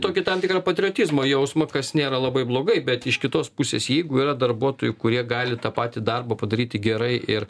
tokį tam tikrą patriotizmo jausmą kas nėra labai blogai bet iš kitos pusės jeigu yra darbuotojų kurie gali tą patį darbą padaryti gerai ir